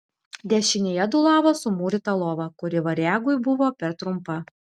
dešinėje dūlavo sumūryta lova kuri variagui buvo per trumpa